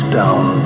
down